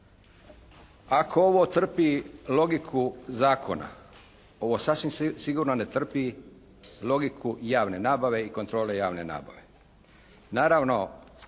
Ako ovo trpi logiku zakona, ovo sasvim sigurno ne trpi logiku javne nabave i kontrole javne nabave.